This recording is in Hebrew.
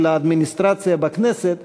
של האדמיניסטרציה בכנסת,